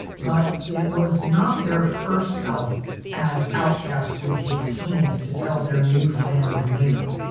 but it was not their first album as outcaste would take pains to tell their new fans later.